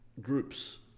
groups